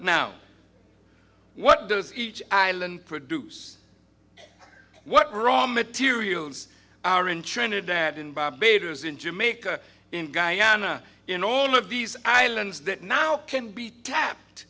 now what does each island produce what we're all materials are in trinidad in barbados in jamaica in guyana in all of these islands that now can be